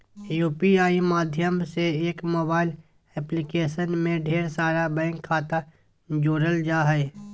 UPI माध्यम से एक मोबाइल एप्लीकेशन में ढेर सारा बैंक खाता जोड़ल जा हय